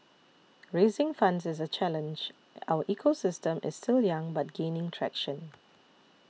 raising funds is a challenge our ecosystem is still young but gaining traction